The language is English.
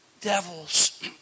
devils